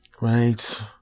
Right